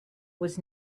was